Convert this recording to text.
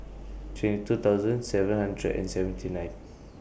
twenty two thousand seven hundred and seventy nine